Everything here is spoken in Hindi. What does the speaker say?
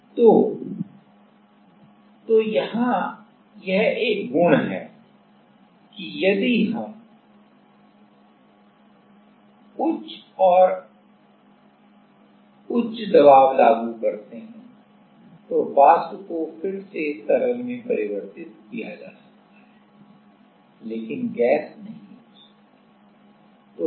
तो तो यहां यह एक गुण है कि यदि हम उच्च और उच्च दबाव लागू करते हैं तो वाष्प को फिर से तरल में परिवर्तित किया जा सकता है लेकिन गैस नहीं हो सकती